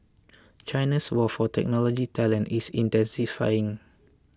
China's war for technology talent is intensifying